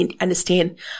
understand